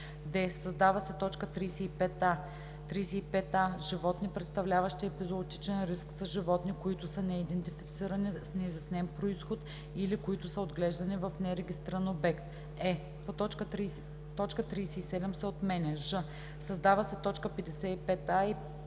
д) създава се т. 35а: „35а. „Животни, представляващи епизоотичен риск“ са животни, които са неидентифицирани, с неизяснен произход или които са отглеждани в нерегистриран обект.“; е) точка 37 се отменя; ж) създават се т. 55а